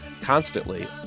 constantly